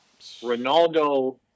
Ronaldo